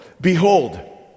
Behold